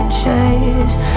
chase